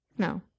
no